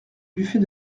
buffet